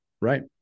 Right